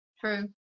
true